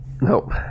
Nope